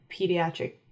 pediatric